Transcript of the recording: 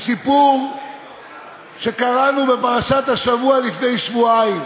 מסיפור שקראנו בפרשת השבוע לפני שבועיים.